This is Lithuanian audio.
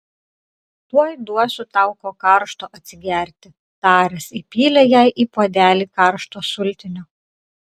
tuoj duosiu tau ko karšto atsigerti taręs įpylė jai į puodelį karšto sultinio